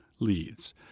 Leads